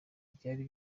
byari